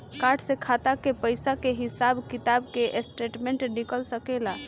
Card से खाता के पइसा के हिसाब किताब के स्टेटमेंट निकल सकेलऽ?